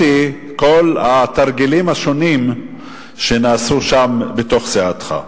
כל התרגילים השונים שנעשו שם בתוך סיעתך.